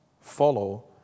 follow